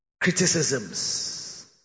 criticisms